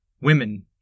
Women